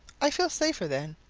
i feel safer then.